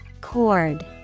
Cord